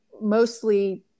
mostly –